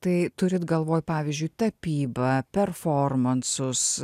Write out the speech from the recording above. tai turit galvoj pavyzdžiui tapybą performansus